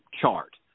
chart